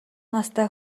настай